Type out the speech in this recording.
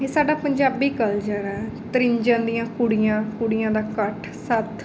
ਇਹ ਸਾਡਾ ਪੰਜਾਬੀ ਕਲਚਰ ਆ ਤ੍ਰਿੰਜਣ ਦੀਆਂ ਕੁੜੀਆਂ ਕੁੜੀਆਂ ਦਾ ਇਕੱਠ ਸੱਥ